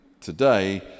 today